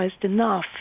enough